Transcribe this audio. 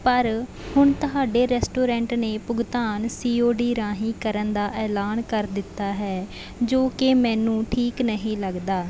ਪਰ ਹੁਣ ਤੁਹਾਡੇ ਰੈਸਟੋਰੈਂਟ ਨੇ ਭੁਗਤਾਨ ਸੀ ਓ ਡੀ ਰਾਹੀਂ ਕਰਨ ਦਾ ਐਲਾਨ ਕਰ ਦਿੱਤਾ ਹੈ ਜੋ ਕਿ ਮੈਨੂੰ ਠੀਕ ਨਹੀਂ ਲੱਗਦਾ